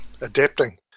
adapting